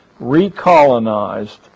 recolonized